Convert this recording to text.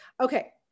Okay